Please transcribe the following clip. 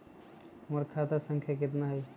हमर खाता संख्या केतना हई?